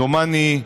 דומני,